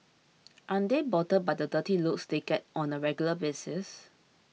aren't they bothered by the dirty looks they get on a regular basis